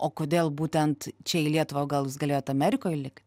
o kodėl būtent čia į lietuvą o gal jūs galėjot amerikoj likt